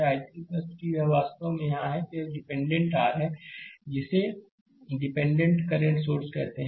तो I3 3 यह वास्तव में यहाँ है यह एक डिपेंडेंट r है जिसे डिपेंडेंटdependent करंट सोर्स कहते हैं